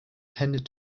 tended